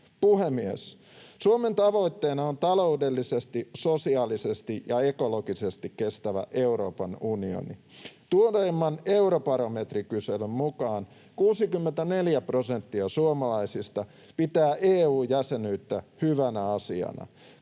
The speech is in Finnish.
Puhemies! Suomen tavoitteena on taloudellisesti, sosiaalisesti ja ekologisesti kestävä Euroopan unioni. Tuoreimman eurobarometrikyselyn mukaan 64 prosenttia suomalaisista pitää EU-jäsenyyttä hyvänä asiana.